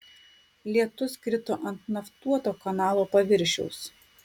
lietus krito ant naftuoto kanalo paviršiaus